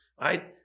right